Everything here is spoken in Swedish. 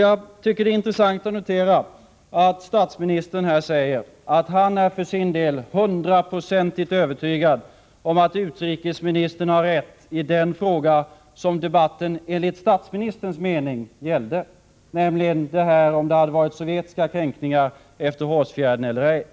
Jag tycker det är intressant att notera att statsministern här säger att han för sin del är hundraprocentigt övertygad om att utrikesministern har rätt i den fråga som debatten enligt statsministerns mening gällde, nämligen om det hade varit sovjetiska kränkningar efter Hårsfjärden eller ej.